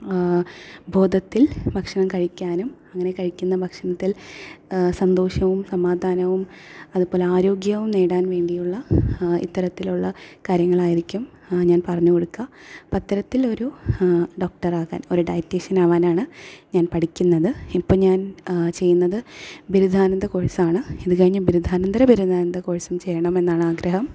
ബോധത്തിൽ ഭക്ഷണം കഴിക്കാനും അങ്ങനെകഴിക്കുന്ന ഭക്ഷണത്തിൽ സന്തോഷവും സമാധാനവും അതുപോലെ ആരോഗ്യവും നേടാൻ വേണ്ടിയുള്ള ഇത്തരത്തിലുള്ള കാര്യങ്ങളായിരിക്കും ഞാൻ പറഞ്ഞുകൊടുക്കുക അത്തരത്തിൽ ഒരു ഡോക്ടറാകാൻ ഒരു ഡൈറ്റിഷൻ ആകാനാണ് ഞാൻ പഠിക്കുന്നത് ഇപ്പം ഞാൻ ചെയ്യുന്നത് ബിരുദാനന്ത കോഴ്സാണ് ഇത് കഴിഞ്ഞ് ബിരുദാനന്തര ബിരുദം കോഴ്സും ചെയ്യണമെന്നാണ് ആഗ്രഹം